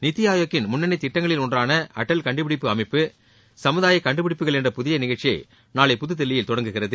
நித்தி ஆயோக்கின் முன்னணி திட்டங்களில் ஒன்றான அடல் கண்டுபிடிப்பு அமைப்பு சமூதாய கண்டுபிடிப்புகள் என்ற புதிய நிகழ்ச்சியை நாளை புதுதில்லியில் தொடங்குகிறது